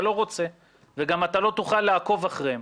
לא רוצה ואתה גם לא תוכל לעקוב אחריהן.